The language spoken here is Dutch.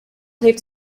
heeft